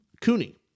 Cooney